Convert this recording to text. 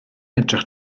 edrych